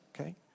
okay